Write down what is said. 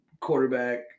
quarterback